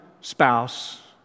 spouse